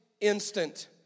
instant